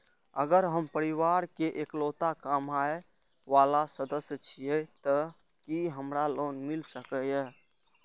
अगर हम परिवार के इकलौता कमाय वाला सदस्य छियै त की हमरा लोन मिल सकीए?